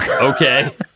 Okay